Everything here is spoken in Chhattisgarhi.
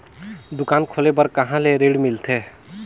दुकान खोले बार कहा ले ऋण मिलथे?